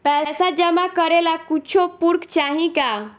पैसा जमा करे ला कुछु पूर्फ चाहि का?